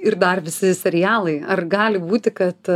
ir dar visi serialai ar gali būti kad